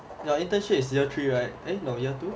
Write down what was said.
your internship is year three right eh no year two